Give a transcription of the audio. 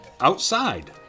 Outside